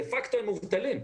דה פקטו הם מובטלים.